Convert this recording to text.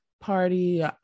party